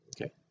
Okay